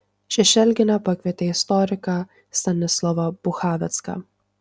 šešelgienė pakvietė istoriką stanislovą buchavecką